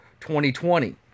2020